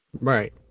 Right